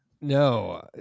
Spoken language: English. No